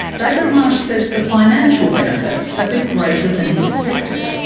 david marsh says the financial benefits have been greater than he expected,